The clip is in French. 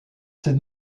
ses